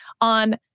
on